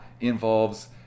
involves